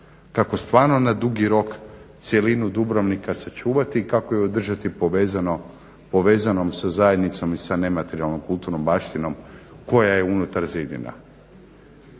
kako stvarno na dugi rok cjelinu Dubrovnika sačuvati i kako ju održati povezanom sa zajednicom i sa nematerijalnom kulturnom baštinom koja je unutar zidina.